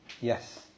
Yes